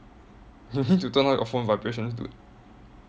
you need to turn off your phone vibrations dude